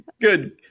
Good